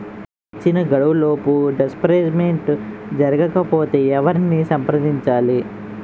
ఇచ్చిన గడువులోపు డిస్బర్స్మెంట్ జరగకపోతే ఎవరిని సంప్రదించాలి?